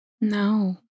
no